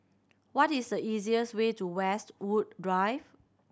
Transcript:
what is the easiest way to Westwood Drive